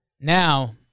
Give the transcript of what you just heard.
Now